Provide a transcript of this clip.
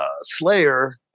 Slayer